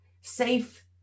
safe